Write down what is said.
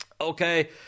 Okay